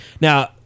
Now